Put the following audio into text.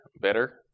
better